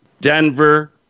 Denver